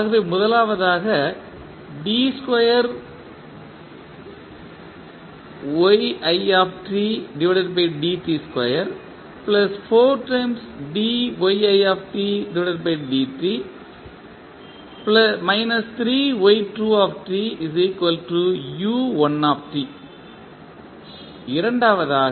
ஆகவே முதலாவதாக இரண்டாவதாக